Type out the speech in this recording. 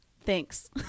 thanks